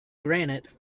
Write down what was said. granite